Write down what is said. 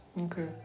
Okay